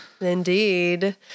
Indeed